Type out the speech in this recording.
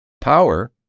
power